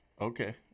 Okay